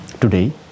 Today